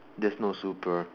there is no super